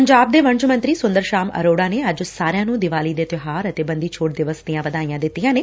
ਪੰਜਾਬ ਦੇ ਵਣਜ ਮੰਤਰੀ ਸੁੰਦਰ ਸ਼ਾਮ ਅਰੋਤਾ ਨੇ ਅੱਜ ਸਾਰਿਆਂ ਨੂੰ ਦੀਵਾਲੀ ਦੇ ਤਿਉਹਾਰ ਅਤੇ ਬੰਦੀ ਛੋੜ ਦਿਵਸ ਦੀਆਂ ਵਧਾਈਆਂ ਦਿੱਤੀਆਂ ਨੇ